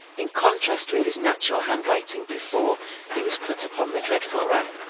in contrast with his natural hand-writing before he was put upon the dreadful rack,